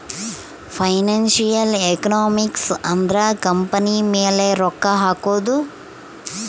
financial economics ಅಂದ್ರ company ಮೇಲೆ ರೊಕ್ಕ ಹಕೋದು